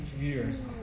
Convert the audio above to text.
years